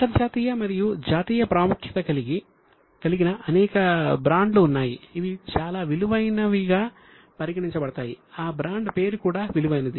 అంతర్జాతీయ మరియు జాతీయ ప్రాముఖ్యత కలిగిన అనేక బ్రాండ్లు ఉన్నాయి అవి చాలా విలువైనవిగా పరిగణించబడతాయి ఆ బ్రాండ్ పేరు కూడా విలువైనది